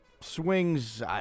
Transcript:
swings